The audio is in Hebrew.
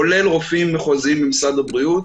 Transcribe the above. כולל רופאים מחוזיים במשרד הבריאות,